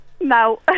No